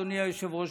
אדוני היושב-ראש,